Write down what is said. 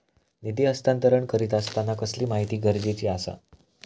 निधी हस्तांतरण करीत आसताना कसली माहिती गरजेची आसा?